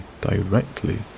directly